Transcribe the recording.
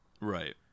Right